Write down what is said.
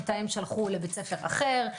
את ההם שלחו לבית ספר אחר,